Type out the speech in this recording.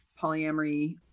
polyamory